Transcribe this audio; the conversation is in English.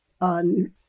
On